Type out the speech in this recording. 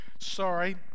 Sorry